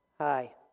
Hi